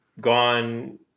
gone